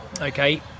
okay